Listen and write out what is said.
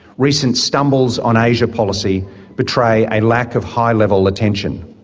recent stumbles on asia policy betray a lack of high-level attention.